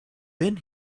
been